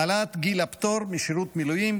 (העלאת גיל הפטור משירות מילואים),